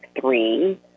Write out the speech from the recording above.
three